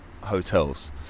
hotels